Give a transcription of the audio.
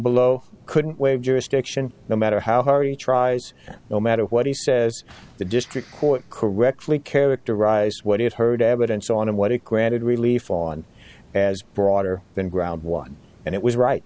below couldn't wave jurisdiction no matter how hard he tries no matter what he says the district court correctly characterize what he has heard evidence on and what it granted relief on as broader than ground one and it was right